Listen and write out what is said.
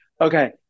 okay